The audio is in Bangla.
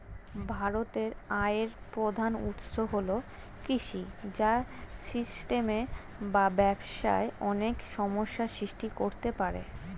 ভারতের আয়ের প্রধান উৎস হল কৃষি, যা সিস্টেমে বা ব্যবস্থায় অনেক সমস্যা সৃষ্টি করতে পারে